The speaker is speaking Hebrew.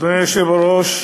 אדוני היושב-ראש,